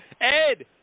Ed